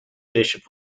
bishop